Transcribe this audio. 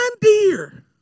deer